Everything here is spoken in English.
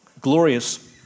glorious